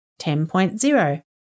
10.0